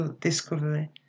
discovery